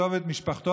אותו ואת משפחתו,